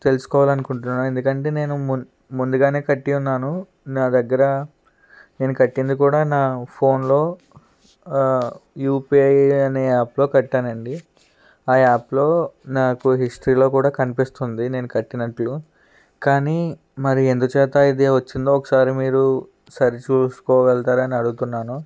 తెలుసుకోవాలి అనుకుంటున్నాను ఎందుకంటే నేను ము ముందుగానే కట్టియున్నాను నా దగ్గర నేను కట్టింది కూడా నా ఫోన్లో యూపీఐ అనే యాప్లో కట్టానండి ఆ యాప్లో నాకు హిస్టరీలో కూడా కనిపిస్తుంది నేను కట్టినట్లు కానీ మరి ఎందుచేత ఇది వచ్చిందో ఒకసారి మీరు సరి చూసుకోగలుగుతారని అడుగుతున్నాను